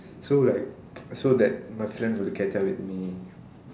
so like so that my friend will catch up with me